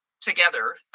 together